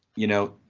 you know,